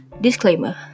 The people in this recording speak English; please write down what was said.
Disclaimer